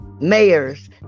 mayors